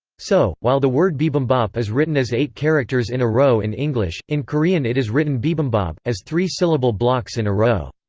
so, while the word bibimbap is written as eight characters in a row in english, in korean it is written bibimbab, as three syllable blocks in a row.